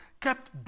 kept